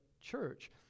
church